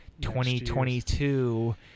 2022